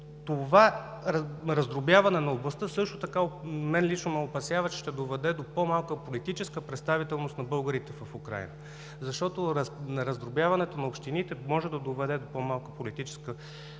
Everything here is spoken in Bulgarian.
Това раздробяване на областта мен лично ме опасява, че ще доведе до по-малка политическа представителност на българите в Украйна, защото раздробяването на общините може да доведе до по-малка политическа представителност